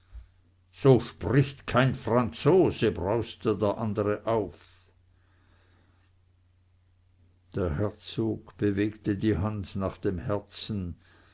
so spricht kein franzose brauste der andere auf der herzog bewegte die hand nach dem herzen